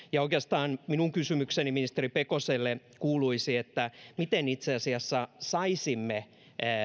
oikeastaan minun kysymykseni ministeri pekoselle kuuluisi miten itse asiassa saisimme